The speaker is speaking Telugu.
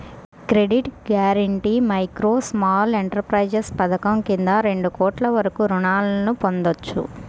credit guarantee micro, small enterprises పథకం కింద రెండు కోట్ల వరకు రుణాలను పొందొచ్చు